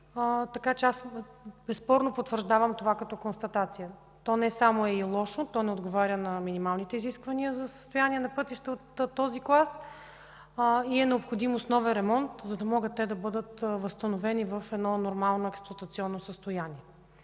Левски. Аз безспорно потвърждавам това като констатация. То не само е и лошо, то не отговоря на минималните изисквания за състояние на пътища от този клас и е необходим основен ремонт, за да могат те да бъдат възстановени в едно нормално експлоатационно състояние.